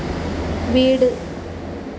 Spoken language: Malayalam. വീട്